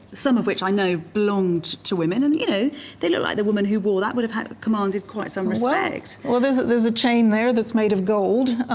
some of which i know belonged to women and you know they look like the woman who wore that would have had commanded quite some respect. well there's that there's a chain there that's made of gold,